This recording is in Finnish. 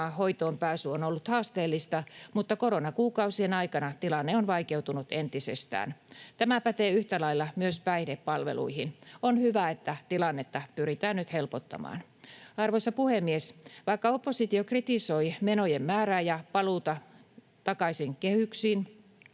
hoitoon pääsy on ollut haasteellista, mutta koronakuukausien aikana tilanne on vaikeutunut entisestään. Tämä pätee yhtä lailla myös päihdepalveluihin. On hyvä, että tilannetta pyritään nyt helpottamaan. Arvoisa puhemies! Vaikka oppositio kritisoi menojen määrää ja paluuta takaisin kehyksiin,